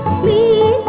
me